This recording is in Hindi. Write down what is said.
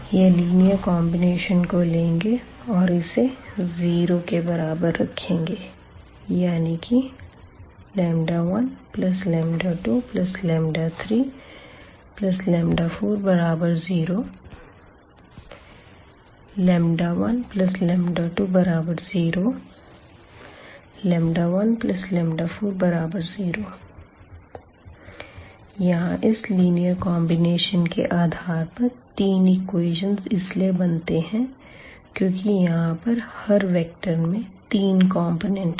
यह लीनियर कॉन्बिनेशन को लेंगे और इसे जीरो के बराबर रखेंगे यानी कि 12340120λ140 यहां इस लीनियर कॉम्बिनेशन के आधार पर तीन इक्वेज़न इसलिए बनते है क्योंकि यहां पर हर वेक्टर में तीन कॉम्पोनेंट है